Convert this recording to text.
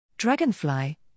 Dragonfly